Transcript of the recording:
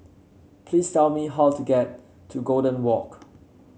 please tell me how to get to Golden Walk